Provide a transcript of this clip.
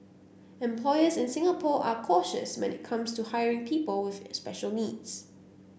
employers in Singapore are cautious when it comes to hiring people with special needs